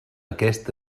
aquest